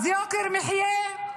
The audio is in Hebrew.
אז יוקר מחיה,